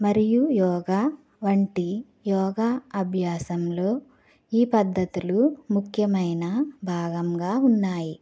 మరియు యోగా వంటి యోగా అభ్యాసంలో ఈ పద్ధతులు ముఖ్యమైన భాగంగా ఉన్నాయి